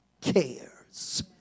cares